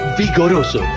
vigoroso